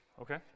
okay